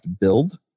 Build